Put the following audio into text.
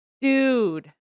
Dude